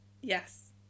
Yes